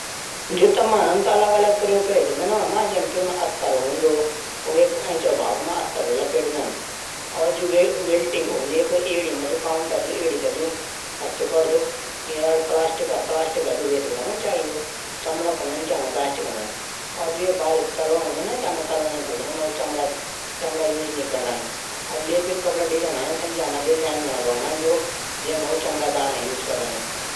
टमाटर सॉस थै हम वेकी गुणवत्ता बनाणु कू ताजा टमाटर थै तीन से पांच दिनों तक फ्रीज मा रखी सकदा। और जम्या टमाटर थै हम छ से नौ महिनो तक रख सकदा फ्रीज मा